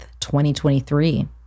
2023